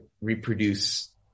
reproduce